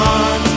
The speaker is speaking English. on